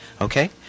Okay